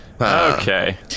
Okay